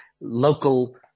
local